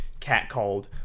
catcalled